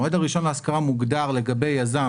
המועד הראשון להשכרה מוגדר לגבי יזם